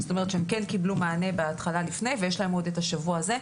זאת אומרת שהם כן קיבלו מענה לפני ויש להם עוד את השבוע הזה.